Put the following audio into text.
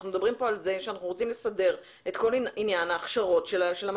אנחנו מדברים פה על זה שאנחנו רוצים לסדר את כל עניין הכשרות המדבירים.